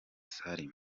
salim